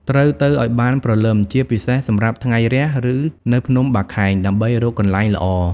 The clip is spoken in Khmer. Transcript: ត្រូវ ទៅឲ្យបានព្រលឹម ជាពិសេសសម្រាប់ថ្ងៃរះ ឬនៅភ្នំបាខែង ដើម្បីរកកន្លែងល្អ។